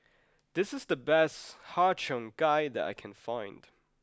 this is the best Har Cheong Gai that I can find